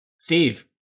Steve